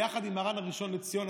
ביחד עם מרן הראשון לציון,